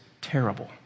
terrible